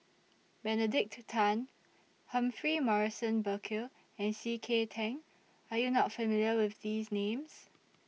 Benedict Tan Humphrey Morrison Burkill and C K Tang Are YOU not familiar with These Names